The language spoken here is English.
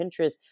Pinterest